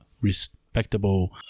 respectable